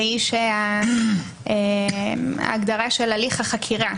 והיא שההגדרה של הליך החקירה,